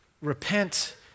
repent